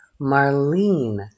Marlene